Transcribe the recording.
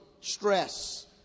stress